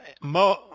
Mo